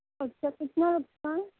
اچھا کتنا لگتا ہے